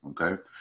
okay